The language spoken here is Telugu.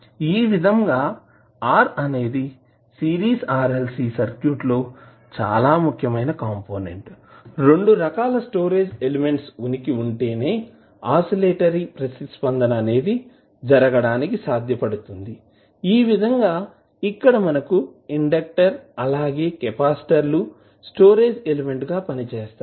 ఈ విధంగా R అనేది సిరీస్ RLC సర్క్యూట్ లో చాలా ముఖ్యమైన కంపోనెంట్ రెండు రకాల స్టోరేజ్ ఎలెమెంట్స్ ఉనికి ఉంటేనే ఆసిలేటరీ ప్రతిస్పందన అనేది జరగడానికి సాధ్యపడుతుంది ఈ విధంగా ఇక్కడ మనకు ఇండెక్టర్ అలాగే కెపాసిటర్లు స్టోరేజ్ ఎలిమెంట్ గా పనిచేస్తాయి